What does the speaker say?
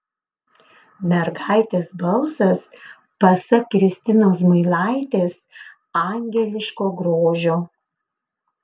mergaitės balsas pasak kristinos zmailaitės angeliško grožio